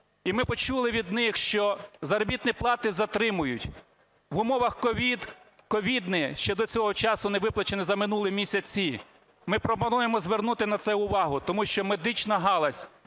І ми почули від них, що заробітні плати затримують. В умовах COVID ковідні ще до цього часу не виплачено за минулі місяці. Ми пропонуємо звернути на це увагу. Тому що медична галузь,